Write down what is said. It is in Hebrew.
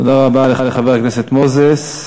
תודה רבה לחבר הכנסת מוזס.